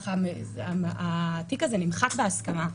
התיק הזה נמחק בהסכמה,